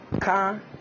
car